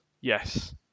Yes